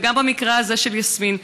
וגם במקרה הזה של יסמין,